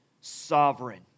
sovereign